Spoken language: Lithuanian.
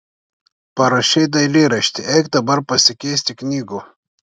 parašei dailyraštį eik dabar pasikeisti knygų